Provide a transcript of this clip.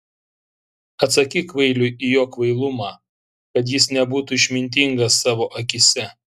atsakyk kvailiui į jo kvailumą kad jis nebūtų išmintingas savo akyse